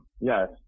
Yes